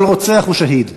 כל רוצח הוא שהיד.